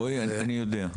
רועי, אני יודע.